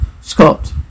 Scott